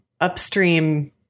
upstream